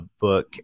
book